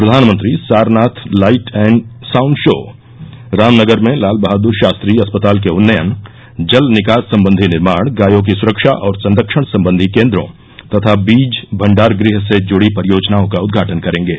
प्रधानमंत्री Sarnath light and sound show Ramnagar में लाल बहादर शास्त्री अस्पताल के उन्नयन जल निकास संबंधी निर्माण गायों की सुरक्षा और संरक्षण संबंधी केंद्रों तथा बीज भंडारगृह से जुड़ी परियोजनाओं का उद्घाटन करेंगे